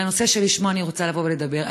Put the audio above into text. ולנושא שלשמו אני רוצה לבוא ולדבר.